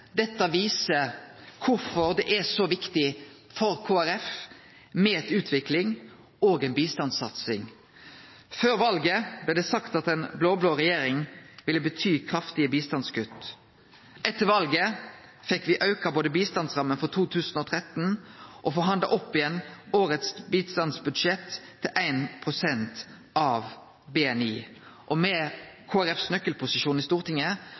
Dette viser kvifor det er så viktig for Kristeleg Folkeparti med utvikling og bistandssatsing. Før valet blei det sagt at ei blå-blå regjering ville bety kraftige bistandskutt. Etter valet fekk me både auka bistandsramma for 2013 og forhandla opp igjen årets bistandsbudsjett til 1 pst. av BNI. Med Kristeleg Folkepartis nøkkelposisjon i Stortinget